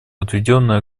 отведенное